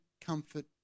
comfort